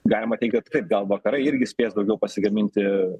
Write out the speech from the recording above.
galima teigt kad kaip gal vakarai irgi spės daugiau pasigaminti